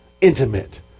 intimate